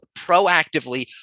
proactively